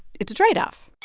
it's a trade-off